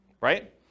Right